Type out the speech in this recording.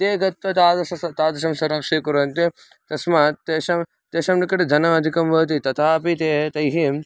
ते गत्वा तादृशं स तादृशं सर्वं स्वीकुर्वन्ति तस्मात् तेषां तेषां निकटे धनमधिकं भवति तथापि ते तैः